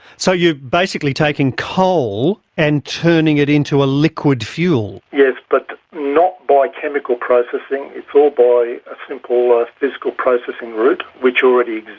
so you're basically taking coal and turning it into a liquid fuel? yes, but not by chemical processing, it's all by a simple ah physical processing route which already